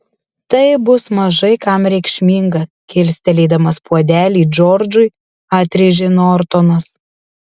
tai bus mažai kam reikšminga kilstelėdamas puodelį džordžui atrėžė nortonas